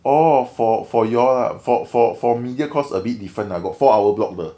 or for for your for for for media course a bit different lah got four hour block 的